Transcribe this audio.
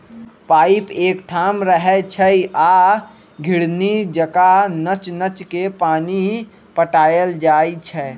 pipe एकठाम रहै छइ आ घिरणी जका नच नच के पानी पटायल जाइ छै